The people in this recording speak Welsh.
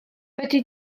fedri